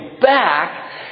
back